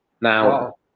Now